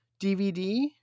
DVD